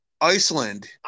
Iceland